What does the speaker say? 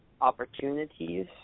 opportunities